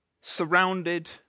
Surrounded